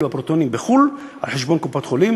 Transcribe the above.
בפרוטונים בחו"ל על חשבון קופות-החולים,